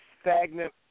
stagnant